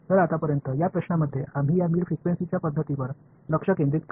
तर आतापर्यंत या प्रश्नांमध्ये आम्ही या मिड फ्रिक्वेन्सीच्या पद्धतींवर लक्ष केंद्रित करू